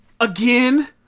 again